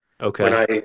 Okay